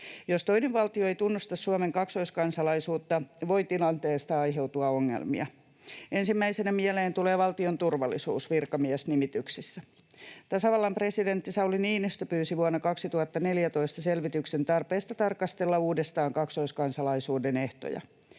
Jos toinen valtio ei tunnusta Suomen kaksoiskansalaisuutta, voi tilanteesta aiheutua ongelmia. Ensimmäisenä mieleen tulee valtion turvallisuus virkamiesnimityksissä. Tasavallan presidentti Sauli Niinistö pyysi vuonna 2014 selvityksen tarpeesta tarkastella uudestaan kaksoiskansalaisuuden ehtoja.